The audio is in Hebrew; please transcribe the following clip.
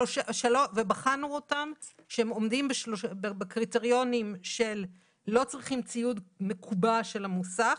ובחנו אותם שהם עומדים בקריטריונים של לא צריכים ציוד מקובע של המוסך,